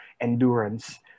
endurance